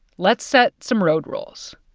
let's set some road rules.